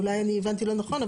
אולי אני הבנתי לא נכון.